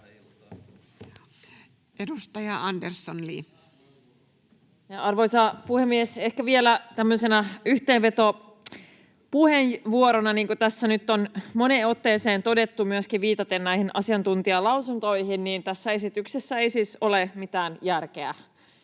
Edustaja Andersson, Li. Arvoisa puhemies! Ehkä vielä tämmöisenä yhteenvetopuheenvuorona: Niin kuin tässä nyt on moneen otteeseen todettu myöskin viitaten näihin asiantuntijalausuntoihin, niin tässä esityksessä ei siis ole mitään järkeä.